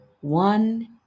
one